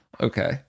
Okay